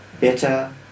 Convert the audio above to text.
better